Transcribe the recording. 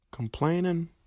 Complaining